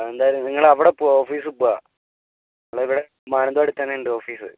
എന്തായാലും നിങ്ങളവിടെ പോ ഓഫീസി പോവുക നമ്മുടെ ഇവിടെ മാനന്തവാടി തന്നെ ഉണ്ട് ഓഫീസ്